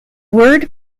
word